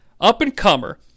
up-and-comer